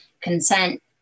consent